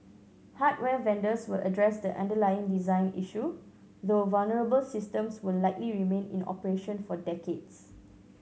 hardware vendors will address the underlying design issue though vulnerable systems will likely remain in operation for decades